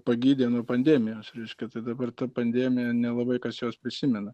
pagydė nuo pandemijos reiškia tai dabar ta pandemija nelabai kas jos prisimena